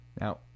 Now